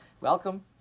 Welcome